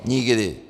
Nikdy!